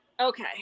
Okay